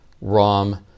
ROM